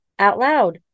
OUTLOUD